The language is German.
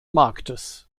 marktes